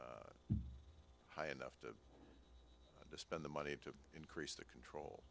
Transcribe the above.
high enough to spend the money to increase the control